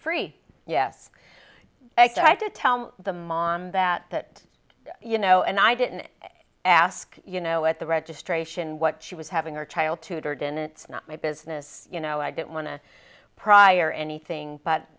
free yes i could tell the mom that that you know and i didn't ask you know at the registration what she was having her child tutored in it's not my business you know i didn't want to prior anything but